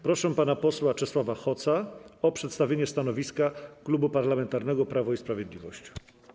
Proszę pana posła Czesława Hoca o przedstawienie stanowiska Klubu Parlamentarnego Prawo i Sprawiedliwość.